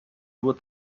nur